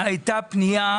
אבל הייתה פנייה.